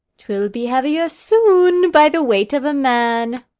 twill be heavier soon by the weight of a man.